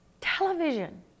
television